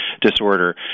disorder